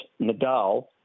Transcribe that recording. Nadal